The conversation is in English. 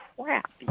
crap